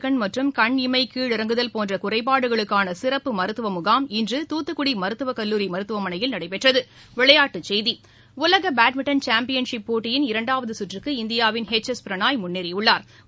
தமிழகத்தில் இமைகீழ் இறங்குதல் போன்றகுறைபாடுகளுக்கானசிறப்பு மருத்துவமுகாம் இன்று தூத்துக்குடிமருத்துவக் கல்லூரிமாத்துவமனையில் நடைபெற்றது உலகபேட்மிண்டன் சாம்பியன் போட்டியின் இரண்டாவதுசுற்றுக்கு இந்தியாவின் எச் எஸ் பிரணாய் முன்னேறியுள்ளா்